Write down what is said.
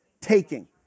Taking